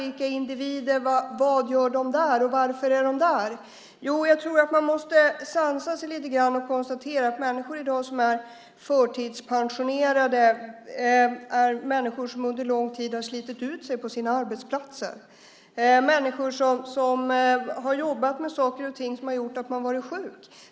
Vilka individer är det, vad gör de där och varför är de där? Man måste sansa sig lite grann och konstatera att de förtidspensionerade är människor som under lång tid har slitit ut sig på sina arbetsplatser. Det är människor som har jobbat med saker och ting som har gjort att de har blivit sjuka.